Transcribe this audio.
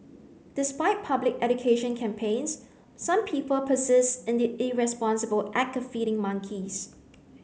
despite public education campaigns some people persist in the irresponsible act of feeding monkeys